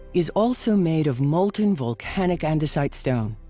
is also made of molten volcanic andesite stone.